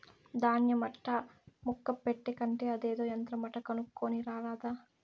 దాన్య మట్టా ముక్క పెట్టే కంటే అదేదో యంత్రమంట కొనుక్కోని రారాదా